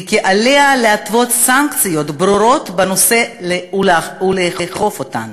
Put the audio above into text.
וכי עליה להתוות סנקציות ברורות בנושא ולאכוף אותן.